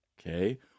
Okay